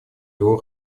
его